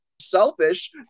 selfish